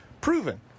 proven